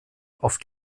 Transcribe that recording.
auf